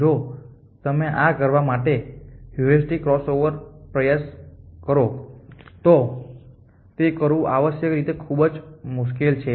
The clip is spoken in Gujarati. જો તમે આમ કરવા માટે હ્યુરિસ્ટિક ક્રોસઓવરનો પ્રયાસ કરો તો તે કરવું આવશ્યકરીતે ખૂબ મુશ્કેલ છે